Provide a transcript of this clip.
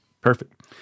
Perfect